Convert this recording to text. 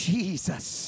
Jesus